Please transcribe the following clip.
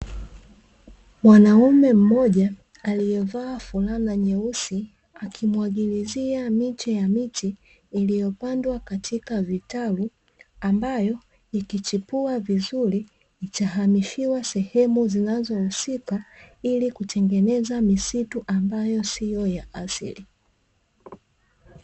Mwanaume mmoja aliyevaa fulana nyeusi, akimwagilizia miche ya miti iliyopandwa katika vitalu, ambayo ikichipua vizuri, itahamishiwa sehemu zinazohusika, ili kutengeneza misitu ambayo siyo ya asili.